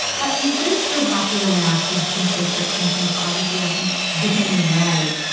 but you do still have to allow kids some secrets and some privacy i think, depending on their age.